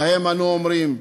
להם אנו אומרים: